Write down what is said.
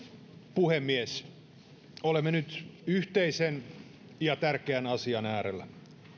puhemies olemme nyt yhteisen ja tärkeän asian äärellä